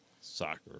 Soccer